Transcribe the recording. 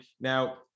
Now